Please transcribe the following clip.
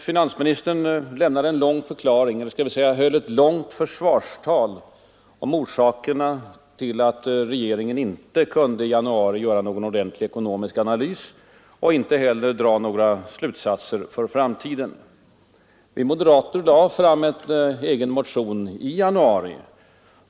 Finansministern höll ett långt försvarstal om orsakerna till att regeringen i januari inte ansåg sig kunna göra någon ordentlig ekonomisk analys och inte heller dra några slutsatser för framtiden. Vi moderater lade fram vår ekonomiska motion i januari.